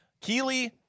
Keely